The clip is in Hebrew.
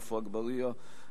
עפו אגבאריה,